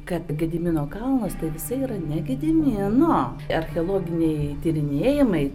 kad gedimino kalnas tai visai yra ne gedimino archeologiniai tyrinėjimai